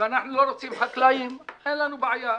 ואנחנו לא רוצים חקלאים אין לנו בעיה,